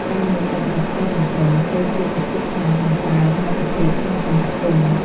ការមានទឹកមុខស្រស់បំព្រងពេលជួបអ្នកជិតខាង បង្កើនមិត្តភាពក្នុងសហគមន៍។